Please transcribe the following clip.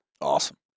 awesome